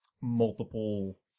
multiple